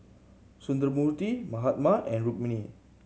Sundramoorthy Mahatma and Rukmini